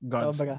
God's